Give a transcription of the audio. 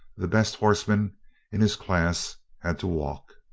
the best horseman in his class had to walk!